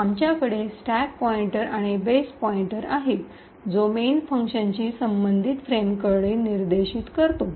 आमच्याकडे stack pointer आणि base pointer आहे जो मेन फंक्शनशी संबंधित फ्रेमकडे निर्देशित करतो